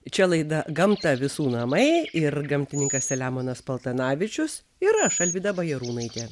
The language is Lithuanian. čia laida gamta visų namai ir gamtininkas selemonas paltanavičius ir aš alvyda bajarūnaitė